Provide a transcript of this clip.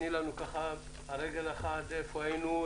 תני לנו על רגל אחת איפה היינו,